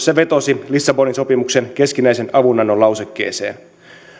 se vetosi lissabonin sopimuksen keskinäisen avunannon lausekkeeseen